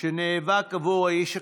שנאבק עבור האיש הקטן,